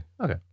Okay